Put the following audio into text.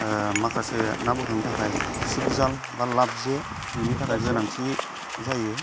माखासे ना बोखांनो थाखाय सिपजाल बा लाबजे बिनि थाखाय गोनांथि जायो